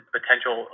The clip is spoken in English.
potential